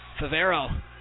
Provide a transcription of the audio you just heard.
Favero